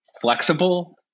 flexible